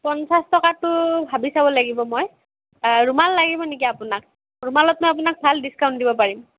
পঞ্চাছ টকাতো ভাবি চাব লাগিব মই ৰুমাল লাগিব নেকি আপোনাক ৰুমালত মই আপোনাক ভাল দিচকাউন্ত দিব পাৰিম